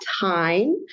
time